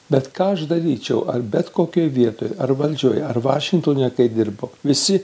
bet ką aš daryčiau ar bet kokioj vietoj ar valdžioj ar vašingtone kai dirbau visi